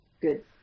good